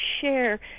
share